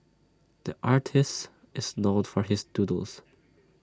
the artist is known for his doodles